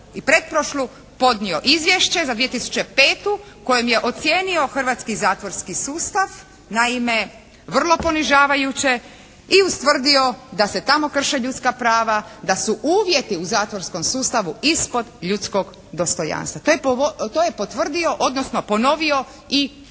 i pretprošlu podnio izvješće za 2005. kojom je ocijenio hrvatski zatvorski sustav, naime vrlo ponižavajuće i ustvrdio da se tamo krše ljudska prava, da su uvjeti u zatvorskom sustavu ispod ljudskog dostojanstva. To je potvrdio, odnosno ponovio i ove